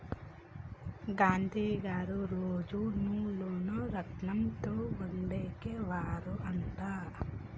గాంధీ గారు రోజు నూలును రాట్నం తో వడికే వారు అంట